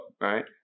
right